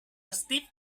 steep